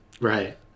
Right